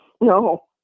No